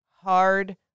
Hard